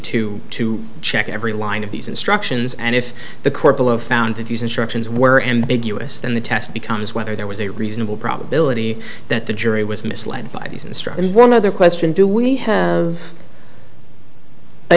to to check every line of these instructions and if the court below found that these instructions were ambiguous then the test becomes whether there was a reasonable probability that the jury was misled by these instructions one other question do we have